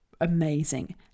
amazing